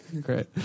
Great